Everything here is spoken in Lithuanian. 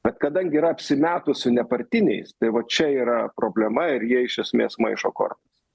bet kadangi yra apsimetusių nepartiniais tai va čia yra problema ir jie iš esmės maišo kortas